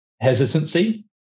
hesitancy